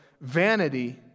vanity